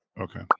Okay